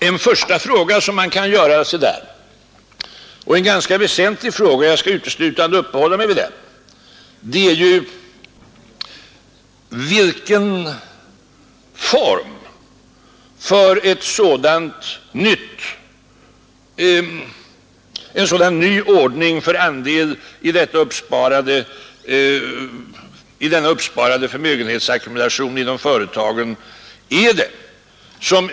En första fråga som man kan göra sig och en väsentlig sådan, som jag uteslutande skall uppehålla mig vid är: Vilken form för en ny ordning är det som ur de anställdas synvinkel ter sig mest lockande i fråga om andel iden uppsparade förmögenhetsackumulationen inom företagen?